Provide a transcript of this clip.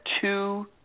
two